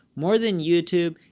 more than youtube,